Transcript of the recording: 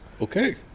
Okay